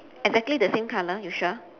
exactly the same color you sure